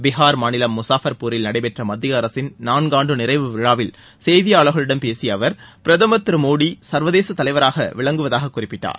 பீகார் மாநிலம் முஸாஃப்பர்பூரில் நடைபெற்ற மத்திய அரசின் நான்காண்டு நிறைவு விழாவில் செய்தியாளர்களிடம் பேசிய அவர் பிரதமர் திரு மோடி சர்வதேச தலைவராக தலைவராக விளங்குவதாகக் குறிப்பிட்டார்